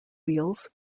wheels